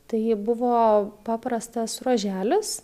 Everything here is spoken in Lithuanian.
tai buvo paprastas ruoželis